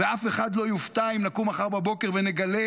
ואף אחד לא יופתע אם נקום מחר בבוקר ונגלה